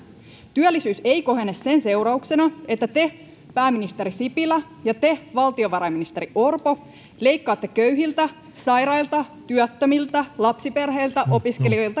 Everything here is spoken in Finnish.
työllisyys ei kohene sen seurauksena että te pääministeri sipilä ja te valtiovarainministeri orpo leikkaatte köyhiltä sairailta työttömiltä lapsiperheiltä opiskelijoilta